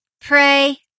pray